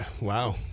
Wow